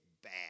Bad